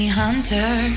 hunter